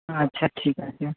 আচ্ছা ঠিক আছে